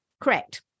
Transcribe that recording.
Correct